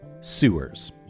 sewers